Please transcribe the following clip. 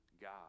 god